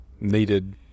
Needed